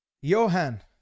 Johan